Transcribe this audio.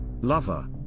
lover